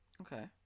Okay